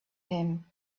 him